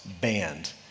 banned